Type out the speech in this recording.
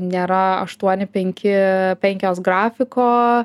nėra aštuoni penki penkios grafiko